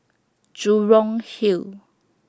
Jurong Hill